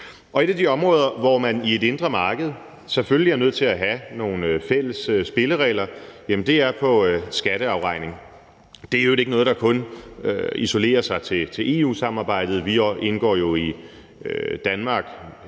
Et af de områder, hvor man i et indre marked selvfølgelig er nødt til at have nogle fælles spilleregler, er på skatteafregning. Det er i øvrigt ikke noget, der kun isolerer sig til EU-samarbejdet. Vi indgår jo i Danmark